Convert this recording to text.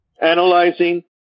Analyzing